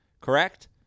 Correct